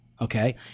Okay